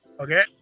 okay